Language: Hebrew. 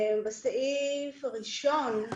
בסעיף הראשון,